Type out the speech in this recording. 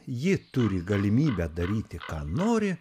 ji turi galimybę daryti ką nori